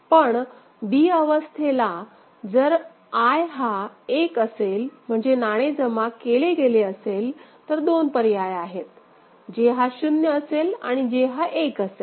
पण b अवस्थेला जर I हा एक असेल म्हणजे नाणे जमा केले असेल तर दोन पर्याय आहेत J हा 0 असेल आणि J हा 1 असेल